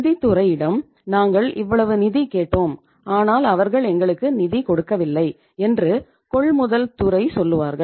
நிதித்துறை இடம் நாங்கள் இவ்வளவு நிதி கேட்டோம் ஆனால் அவர்கள் எங்களுக்கு நிதி கொடுக்கவில்லை என்று கொள்முதல் துறை சொல்லுவார்கள்